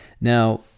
Now